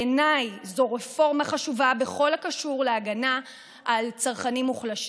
בעיניי זו רפורמה חשובה בכל הקשור להגנה על צרכנים מוחלשים.